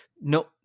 no